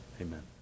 Amen